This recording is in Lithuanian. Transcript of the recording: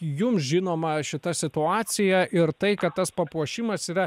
jum žinoma šita situacija ir tai kad tas papuošimas yra